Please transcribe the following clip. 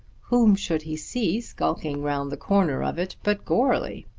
whom should he see skulking round the corner of it but goarly?